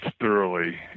thoroughly